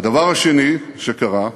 הדבר השני שקרה,